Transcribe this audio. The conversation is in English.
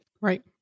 Right